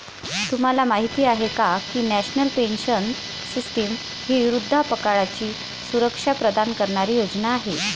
तुम्हाला माहिती आहे का की नॅशनल पेन्शन सिस्टीम ही वृद्धापकाळाची सुरक्षा प्रदान करणारी योजना आहे